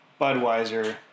Budweiser